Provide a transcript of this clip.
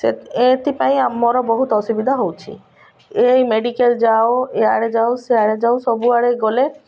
ସେ ଏଥିପାଇଁ ଆମର ବହୁତ ଅସୁବିଧା ହେଉଛି ଏ ମେଡ଼ିକାଲ୍ ଯାଅ ଏଇଆଡ଼େ ଯାଅ ସେଆଡ଼େ ଯାଅ ସବୁଆଡ଼େ ଗଲେ